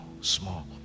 small